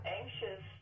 anxious